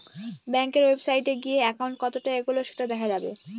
ব্যাঙ্কের ওয়েবসাইটে গিয়ে একাউন্ট কতটা এগোলো সেটা দেখা যাবে